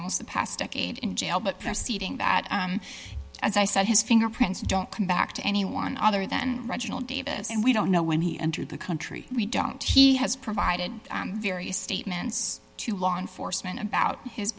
spent the past decade in jail but perceiving that as i said his fingerprints don't come back to anyone other than reginald davis and we don't know when he entered the country we don't he has provided various statements to law enforcement about his